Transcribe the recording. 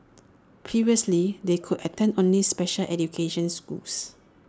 previously they could attend only special education schools